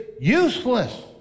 useless